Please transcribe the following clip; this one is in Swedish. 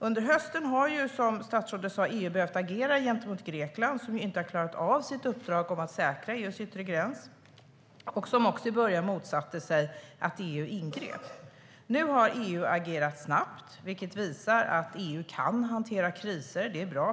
Som statsrådet sa har EU under hösten behövt agera gentemot Grekland, som ju inte har klarat av sitt uppdrag att säkra EU:s yttre gräns och som också i början motsatte sig att EU ingrep. Nu har EU agerat snabbt, vilket visar att EU kan hantera kriser. Det är bra.